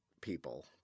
people